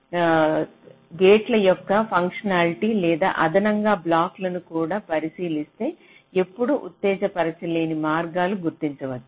కానీ గేట్ల యొక్క ఫంక్షన్హాల్టీ లేదా అదనంగా బ్లాక్లను కూడా పరిశీలిస్తే ఎప్పుడూ ఉత్తేజపరచలేని మార్గం గుర్తించవచ్చు